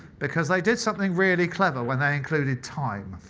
because they did something really clever when they included time.